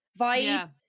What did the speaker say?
vibe